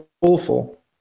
awful